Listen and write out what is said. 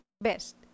best